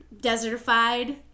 desertified